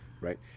right